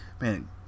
Man